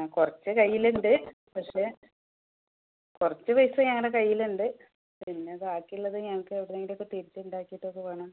ആ കുറച്ചു കയ്യിലുണ്ട് പക്ഷെ കുറച്ച് പൈസ ഞങ്ങളുടെ കയ്യിലുണ്ട് പിന്നെ ബാക്കിയിള്ളത് ഞങ്ങൾക്ക് എവിടെ നിന്നെങ്കിലും ഒക്കെ പിരിച്ചു ഉണ്ടാക്കിയിട്ടൊക്കെ വേണം